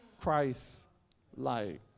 Christ-like